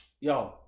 yo